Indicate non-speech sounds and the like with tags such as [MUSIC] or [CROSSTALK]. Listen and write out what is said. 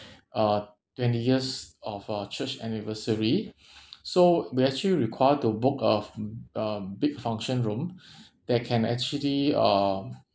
uh twenty years of uh church anniversary [BREATH] so we actually require to book a f~ a big function room [BREATH] that can actually uh